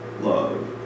love